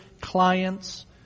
clients